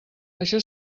això